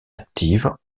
active